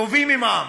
טובים עם העם.